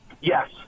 Yes